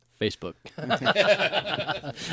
Facebook